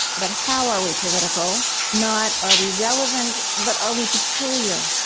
but how are we political? not are we relevant, but are we peculiar?